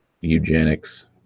eugenics